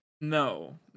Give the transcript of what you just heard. No